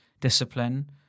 discipline